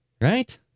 right